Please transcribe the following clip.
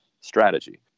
strategy